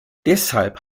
deshalb